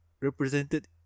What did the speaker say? represented